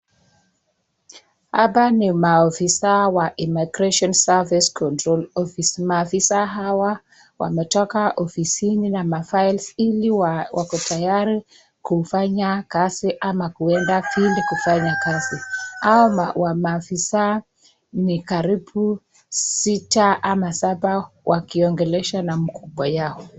Hapa ni maafisa wa immigration service control office . Maafisa hawa wametoka ofisini na files ili wako tayari kufanya kazi ama kuenda field kufanya kazi. Hao maafisa ni karibu sita ama saba wakiongeleshwa na mkubwa yao.